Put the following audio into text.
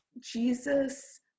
Jesus